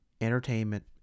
entertainment